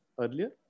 earlier